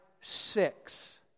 six